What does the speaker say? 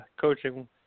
coaching